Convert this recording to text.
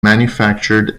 manufactured